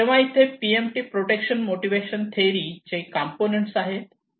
तेव्हा इथे हे PMT प्रोटेक्शन मोटिवेशन थेरी चे कंपोनेंट आहे